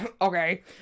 Okay